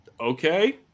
Okay